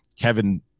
Kevin